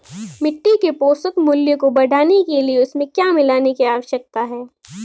मिट्टी के पोषक मूल्य को बढ़ाने के लिए उसमें क्या मिलाने की आवश्यकता है?